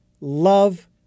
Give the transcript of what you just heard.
love